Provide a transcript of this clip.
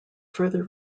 further